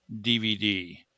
DVD